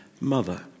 mother